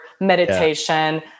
meditation